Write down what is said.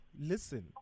Listen